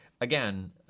again